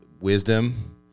wisdom